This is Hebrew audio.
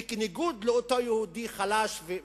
בניגוד לאותו יהודי חלש וקורבן.